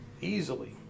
Easily